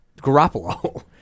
Garoppolo